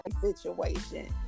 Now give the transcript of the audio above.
situation